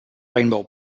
rainbow